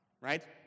Right